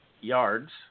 yards